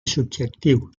subjectiu